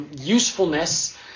usefulness